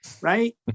Right